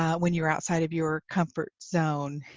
ah when you're outside of your comfort zone